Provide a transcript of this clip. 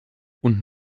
und